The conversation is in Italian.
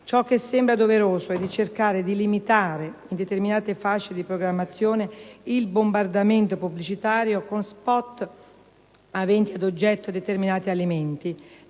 Ciò che sembra doveroso è cercare di limitare in determinate fasce di programmazione il bombardamento pubblicitario con *spot* aventi ad oggetto determinati alimenti.